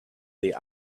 the